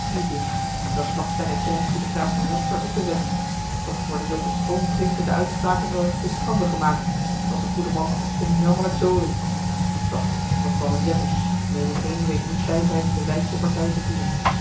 dat placht zijne excellentie de graaf van leycester ook te zeggen toch worden zulke schoon klinkende uitspraken wel eens te schande gemaakt want de goede man kon jammerlijk dolen doch wat zal men zeggen menigeen weet niet bijtijds de wijste partij te kiezen